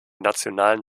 nationalen